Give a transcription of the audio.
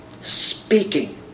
speaking